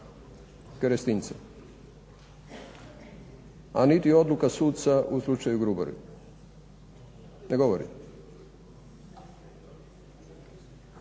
Kerestinca, a niti odluka suca u slučaju …. Ne govore.